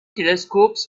telescopes